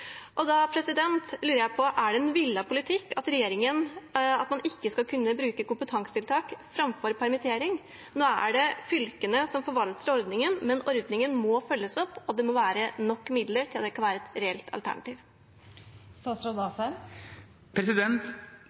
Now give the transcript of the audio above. Da lurer jeg på: Er det en villet politikk fra regjeringen at man ikke skal kunne bruke kompetansetiltak framfor permittering? Nå er det fylkene som forvalter ordningen, men ordningen må følges opp, og det må være nok midler til at det kan være et reelt alternativ.